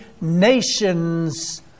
nations